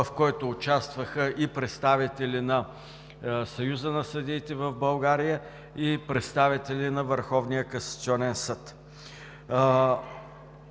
в който участваха и представители на Съюза на съдиите в България, и представители на Върховния касационен съд.